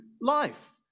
life